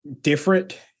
different